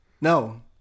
No